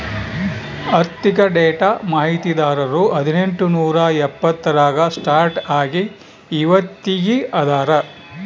ಆರ್ಥಿಕ ಡೇಟಾ ಮಾಹಿತಿದಾರರು ಹದಿನೆಂಟು ನೂರಾ ಎಪ್ಪತ್ತರಾಗ ಸ್ಟಾರ್ಟ್ ಆಗಿ ಇವತ್ತಗೀ ಅದಾರ